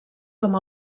com